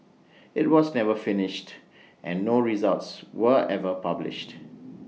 IT was never finished and no results were ever published